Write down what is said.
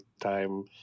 time